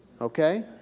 okay